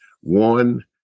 one